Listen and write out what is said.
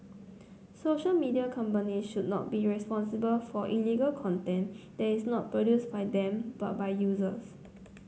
social media companies should not be responsible for illegal content that is not produced by them but by users